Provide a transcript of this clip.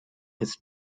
his